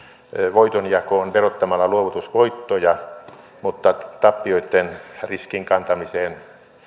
voitonjakoon verottamalla luovutusvoittoja mutta tappioitten riskin kantamiseen